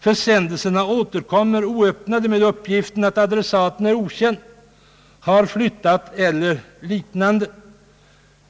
Försändelserna återkommer oöppnade med uppgiften att adressaten är okänd, har flyttat eller liknande.